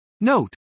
Note